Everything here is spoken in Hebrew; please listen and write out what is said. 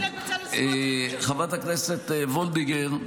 חברת הכנסת וולדיגר,